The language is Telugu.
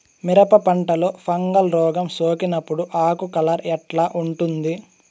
మిరప పంటలో ఫంగల్ రోగం సోకినప్పుడు ఆకు కలర్ ఎట్లా ఉంటుంది?